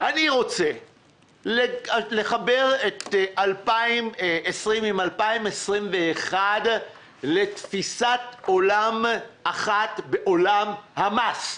אני רוצה לחבר את 2020 עם 2021 לתפיסת עולם אחת בעולם המס.